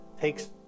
takes